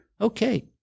Okay